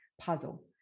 puzzle